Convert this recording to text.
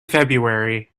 february